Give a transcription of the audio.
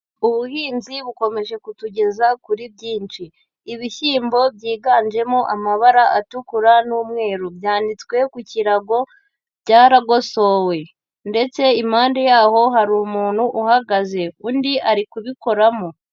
Ubuhinzi bukomeje kutugeza kuri byinshi, ibishyimbo byiganjemo amabara atukura n'umweru, byanitswe ku kirago, byaragosowe ndetse impande yaho hari umuntu uhagaze, undi ari kubikoramo.